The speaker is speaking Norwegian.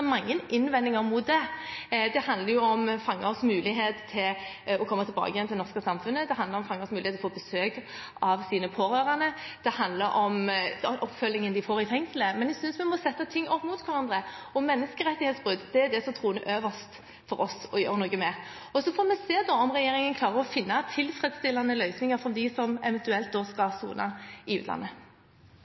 innvendinger mot det. Det handler om fangers mulighet til å komme tilbake igjen til det norske samfunnet, det handler om fangers mulighet til å få besøk av sine pårørende, det handler om den oppfølgingen de får i fengselet. Men jeg synes vi må sette ting opp mot hverandre, og menneskerettighetsbrudd er det som for oss troner øverst av det vi skal gjøre noe med. Så får vi se om regjeringen klarer å finne tilfredsstillende løsninger for dem som eventuelt skal sone i utlandet.